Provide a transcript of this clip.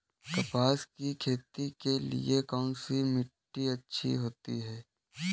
कपास की खेती के लिए कौन सी मिट्टी अच्छी होती है?